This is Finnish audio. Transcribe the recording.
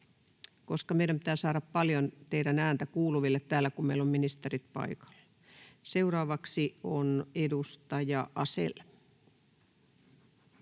koska meidän pitää saada paljon teidän ääntänne kuuluville, kun meillä on ministerit paikalla. — Seuraavaksi on edustaja Asell.